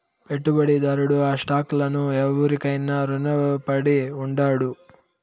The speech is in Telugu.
పెట్టుబడిదారుడు ఆ స్టాక్ లను ఎవురికైనా రునపడి ఉండాడు